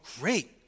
great